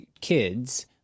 kids